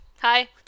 Hi